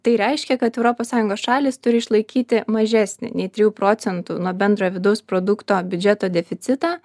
tai reiškia kad europos sąjungos šalys turi išlaikyti mažesnį nei trijų procentų nuo bendrojo vidaus produkto biudžeto deficitą